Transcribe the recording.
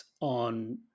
on